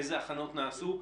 אילו הכנות נעשו.